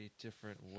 different